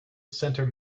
center